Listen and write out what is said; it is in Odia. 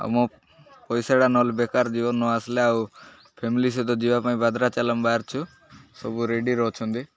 ଆଉ ମୋ ପଇସାଟା ନହେଲେ ବେକାର ଯିବ ନ ଆସିଲେ ଆଉ ଫ୍ୟାମିଲି ସହିତ ଯିବା ପାଇଁ ଭାଦ୍ରାଚାଲାମ୍ ବାହାରିଛୁ ସବୁ ରେଡି ଅଛନ୍ତି